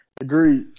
agreed